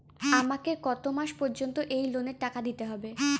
আমাকে কত মাস পর্যন্ত এই লোনের টাকা দিতে হবে?